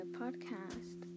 podcast